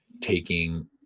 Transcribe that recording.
taking